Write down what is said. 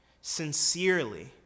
sincerely